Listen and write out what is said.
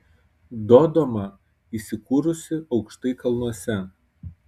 dodoma įsikūrusi aukštai kalnuose